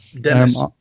Dennis